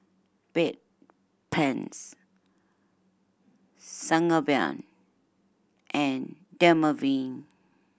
Bedpans Sangobion and Dermaveen